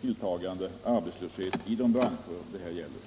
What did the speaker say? tilltagande arbetslöshet i de branscher det här gäller.